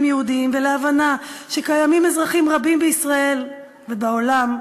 יהודיים ולהבנה שקיימים אזרחים רבים בישראל ובעולם,